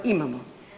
Imamo.